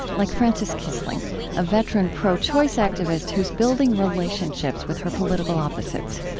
like frances kissling a veteran pro-choice activist who's building relationships with her political opposites.